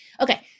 Okay